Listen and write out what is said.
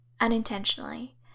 unintentionally